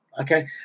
okay